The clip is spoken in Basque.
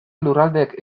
lurraldeek